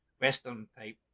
western-type